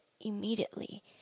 immediately